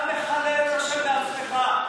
אתה מחלל את השם בעצמך.